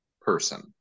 person